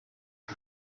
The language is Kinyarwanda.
iba